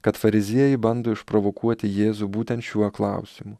kad fariziejai bando išprovokuoti jėzų būtent šiuo klausimu